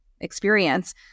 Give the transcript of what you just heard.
experience